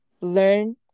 Learn